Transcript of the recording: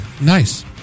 Nice